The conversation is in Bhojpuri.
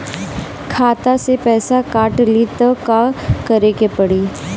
खाता से पैसा काट ली त का करे के पड़ी?